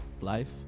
life